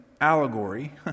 allegory